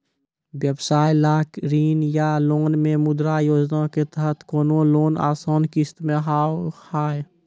व्यवसाय ला ऋण या लोन मे मुद्रा योजना के तहत कोनो लोन आसान किस्त मे हाव हाय?